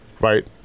right